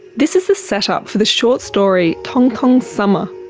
this is the set-up for the short story tongtong's summer,